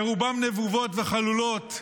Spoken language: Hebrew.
שרובן נבובות וחלולות,